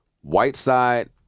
Whiteside